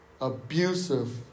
abusive